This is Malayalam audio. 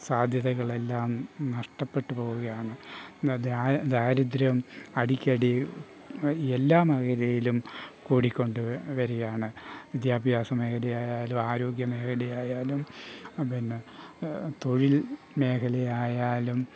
സാധ്യതകളെല്ലാം നഷ്ടപ്പെട്ടു പോവുകയാണ് ദാരിദ്ര്യം അടിക്കടി എല്ലാ മേഖലയിലും കൂടി കൊണ്ട് വരികയാണ് വിദ്യാഭ്യാസ മേഖലയായാലും ആരോഗ്യ മേഖലയായാലും പിന്നെ തൊഴിൽ മേഖലയായാലും